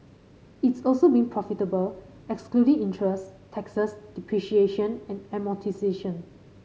it's also been profitable excluding interest taxes depreciation and amortisation